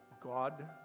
God